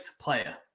player